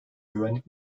güvenlik